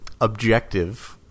objective